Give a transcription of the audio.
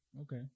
Okay